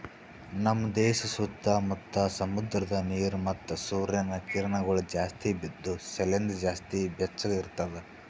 ನಮ್ ದೇಶ ಸುತ್ತಾ ಮುತ್ತಾ ಸಮುದ್ರದ ನೀರ ಮತ್ತ ಸೂರ್ಯನ ಕಿರಣಗೊಳ್ ಜಾಸ್ತಿ ಬಿದ್ದು ಸಲೆಂದ್ ಜಾಸ್ತಿ ಬೆಚ್ಚಗ ಇರ್ತದ